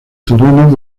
terrenos